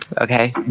Okay